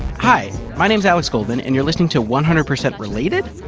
hi, my name's alex goldman, and you're listening to one hundred percent related?